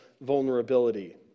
vulnerability